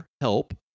help